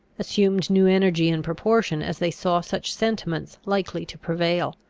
assumed new energy in proportion as they saw such sentiments likely to prevail.